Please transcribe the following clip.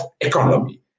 Economy